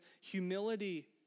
humility